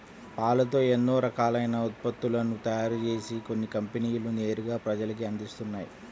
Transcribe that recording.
పాలతో ఎన్నో రకాలైన ఉత్పత్తులను తయారుజేసి కొన్ని కంపెనీలు నేరుగా ప్రజలకే అందిత్తన్నయ్